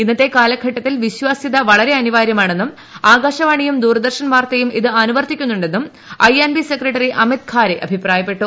ഇന്നത്തെ കാലഘട്ടത്തിൽ വിശ്വാസ്യത വളരെ അനിവാര്യമാണെന്നും ആകാശവാണിയും ദൂരദർശൻ വാർത്തയും ഇത് അനുവർത്തിക്കുന്നുണ്ടെന്നും I B secretary Amit Khare അഭിപ്രായപ്പെട്ടു